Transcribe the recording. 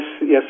yes